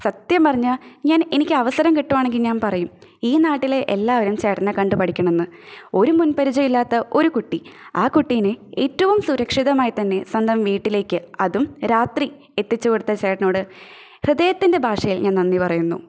സത്യം പറഞ്ഞാൽ ഞാൻ എനിയ്ക്കവസരം കിട്ടുവാണെങ്കിൽ ഞാന് പറയും ഈ നാട്ടിലെ എല്ലാവരും ചേട്ടനെ കണ്ട് പഠിക്കണമെന്ന് ഒരു മുന്പരിചയം ഇല്ലാത്ത ഒരു കുട്ടി ആ കുട്ടീനെ ഏറ്റവും സുരക്ഷിതമായിത്തന്നെ സ്വന്തം വീട്ടിലേക്ക് അതും രാത്രി എത്തിച്ചുകൊടുത്ത ചേട്ടനോട് ഹൃദയത്തിന്റെ ഭാഷയില് ഞാന് നന്ദി പറയുന്നു